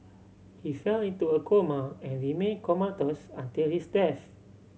he fell into a coma and remain comatose until his death